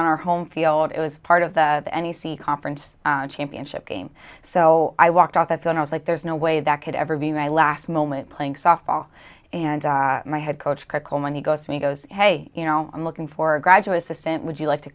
on our home field it was part of the any c conference championship game so i walked out that's when i was like there's no way that could ever be my last moment playing softball and my head coach coleman he goes and he goes hey you know i'm looking for a graduate assistant would you like to